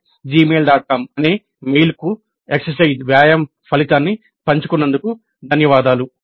com అనే mail కు వ్యాయామం ఫలితాన్ని పంచుకున్నందుకు ధన్యవాదాలు